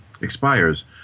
expires